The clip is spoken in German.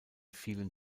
vielen